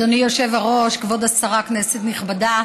אדוני היושב-ראש, כבוד השרה, כנסת נכבדה,